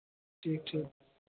ठीक ठीक